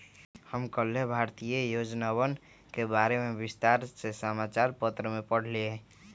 हम कल्लेह भारतीय योजनवन के बारे में विस्तार से समाचार पत्र में पढ़ लय